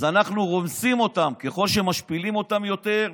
אז אנחנו רומסים אותם, ככל שמשפילים אותם יותר,